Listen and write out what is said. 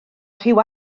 rhyw